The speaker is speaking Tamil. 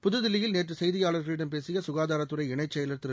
புதுதில்லியில் நேற்று செய்தியாளர்களிடம் பேசிய சுகாதாரத்துறை இணைச் செயலர் திரு